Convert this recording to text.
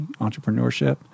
entrepreneurship